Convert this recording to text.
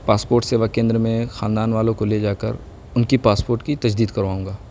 passport Seva Kendra میں خاندان والوں کو لے جا کر ان کی پاسپوٹ کی تجدید کرواؤں گا